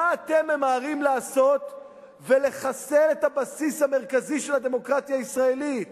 מה אתם ממהרים לעשות ולחסל את הבסיס המרכזי של הדמוקרטיה הישראלית?